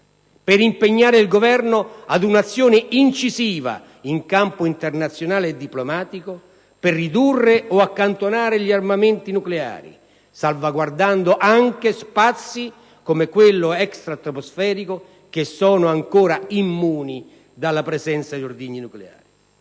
per impegnare il Governo ad un'azione incisiva in campo internazionale e dipolomatico per ridurre o accantonare gli armamenti nucleari, salvaguardando anche spazi, come quello extra-atmosferico, che sono ancora immuni dalla presenza di ordigni nucleari.